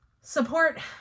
support